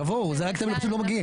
תבואו, אתם אפילו לא מגיעים.